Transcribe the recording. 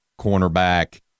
cornerback